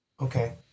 Okay